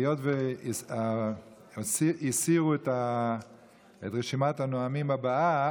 היות שהסירו את רשימת הנואמים הבאה,